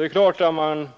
Det är klart att man